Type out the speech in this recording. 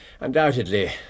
Undoubtedly